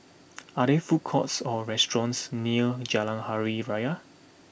are there food courts or restaurants near Jalan Hari Raya